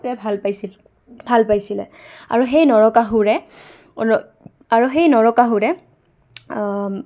ভাল পাইছিল ভাল পাইছিলে আৰু সেই নৰকাসুৰে আৰু সেই নৰকাসুৰে